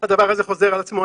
הדבר הזה חוזר על עצמו,